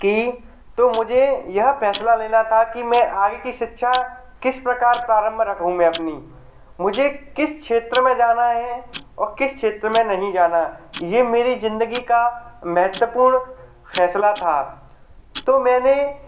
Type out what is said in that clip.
की तो मुझे यह फैसला लेना था कि मैं आगे की शिक्षा किस प्रकार प्रारंभ रखूँ मैं अपनी मुझे किस क्षेत्र में जाना है और किस क्षेत्र में नहीं जाना ये मेरी जिंदगी का महत्वपूर्ण फैसला था तो मैने